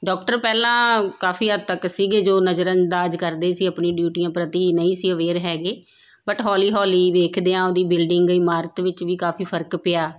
doctor ਪਹਿਲਾਂ ਕਾਫ਼ੀ ਹੱਦ ਤੱਕ ਸੀਗੇ ਜੋ ਨਜ਼ਰ ਅੰਦਾਜ਼ ਕਰਦੇ ਸੀ ਆਪਣੀ ਡਿਊਟੀਆਂ ਪ੍ਰਤੀ ਨਹੀਂ ਸੀ ਅਵੇਅਰ ਹੈਗੇ ਬਟ ਹੌਲੀ ਹੌਲੀ ਦੇਖਦਿਆਂ ਉਹਦੀ ਬਿਲਡਿੰਗ ਇਮਾਰਤ ਵਿੱਚ ਵੀ ਕਾਫ਼ੀ ਫ਼ਰਕ ਪਿਆ